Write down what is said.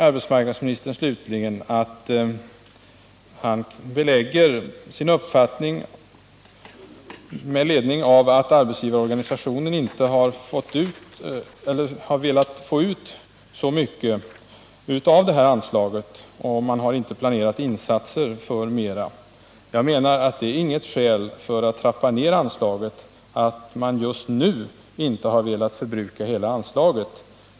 Arbetsmarknadsministern vill som belägg för sin uppfattning anföra att arbetsgivarorganisationerna inte har velat ta ut hela sin andel av anslaget och att de inte har planerat insatser för högre belopp. Jag menar att det inte är något skäl för att trappa ned anslaget att dessa organisationer inte just nu har velat förbruka hela sitt anslag.